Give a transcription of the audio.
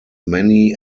many